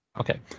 Okay